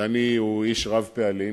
דני הוא איש רב-פעלים,